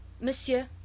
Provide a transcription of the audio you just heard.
Monsieur